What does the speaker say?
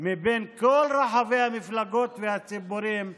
מכל רחבי המפלגות והציבורים במדינה.